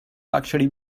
actually